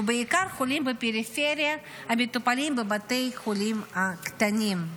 ובעיקר חולים בפריפריה המטופלים בבתי החולים הקטנים.